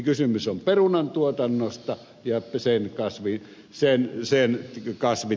kysymys on perunan tuotannosta ja sen kasvitaudeista